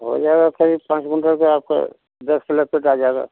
हो जाएगा क़रीब पाँच कुंटल का आपका दस के लगभग आ जाएगा